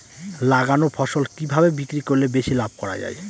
লাগানো ফসল কিভাবে বিক্রি করলে বেশি লাভ করা যায়?